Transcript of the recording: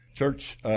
Church